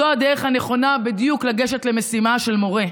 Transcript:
זו הדרך הנכונה בדיוק לגשת למשימה של מורה.